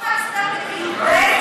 י"ב,